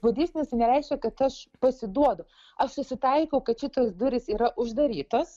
budistinis tai nereiškia kad aš pasiduodu aš susitaikau kad šitos durys yra uždarytos